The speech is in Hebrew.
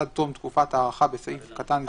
עד תום תקופת ההארכה (בסעיף קטן זה,